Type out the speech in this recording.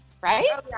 right